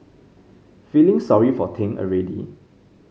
feeling sorry for Ting already